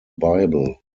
bible